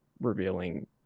revealing